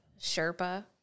Sherpa